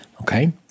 Okay